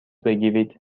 بگیرید